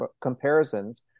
comparisons